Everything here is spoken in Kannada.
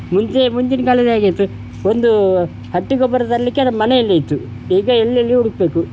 ಮುಂಚೆ ಮುಂಚಿನ ಕಾಲದ ಹೇಗಿತ್ತು ಒಂದು ಹಟ್ಟಿ ಗೊಬ್ಬರ ತರಲಿಕ್ಕೆಲ್ಲ ಮನೆಯಲ್ಲೇ ಇತ್ತು ಈಗ ಎಲ್ಲೆಲ್ಲಿ ಹುಡುಕಬೇಕು